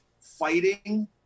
fighting